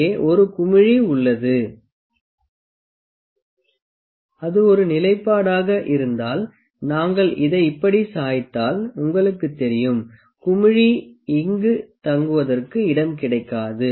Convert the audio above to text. இங்கே ஒரு குமிழி உள்ளது அது ஒரு நிலைப்பாடாக இருந்தால் நாங்கள் இதை இப்படி சாய்த்தால் உங்களுக்குத் தெரியும் குமிழி இங்கு தங்குவதற்கு இடம் கிடைக்காது